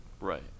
right